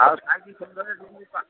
ଆଉ